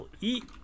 eat